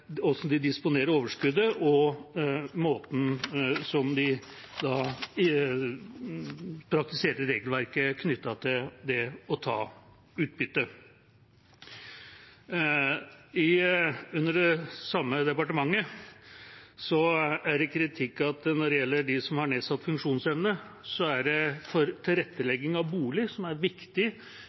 måten de praktiserer regelverket på knyttet til å ta ut utbytte. Under det samme departementet er det kritikk som gjelder tilrettelegging av bolig, noe som er viktig